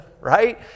right